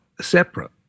separate